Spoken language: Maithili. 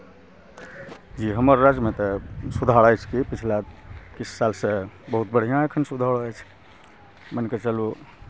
जी हमर राज्यमे तऽ सुधार अछि की पछिला किछु सालसँ बहुत बढ़िआँ एखन सुधार अछि मानि कऽ चलू